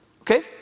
Okay